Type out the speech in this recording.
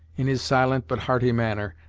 in his silent but hearty manner,